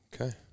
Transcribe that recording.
Okay